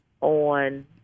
on